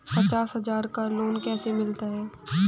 पचास हज़ार का लोन कैसे मिलता है?